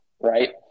Right